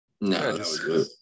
No